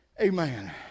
Amen